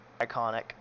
Iconic